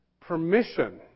permission